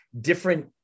different